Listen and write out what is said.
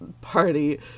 party